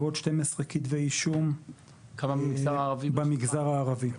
ועוד 12 כתבי אישום במגזר הערבי.